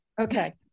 Okay